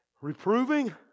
Reproving